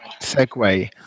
segue